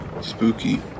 Spooky